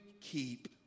keep